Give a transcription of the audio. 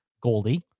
Goldie